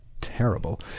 terrible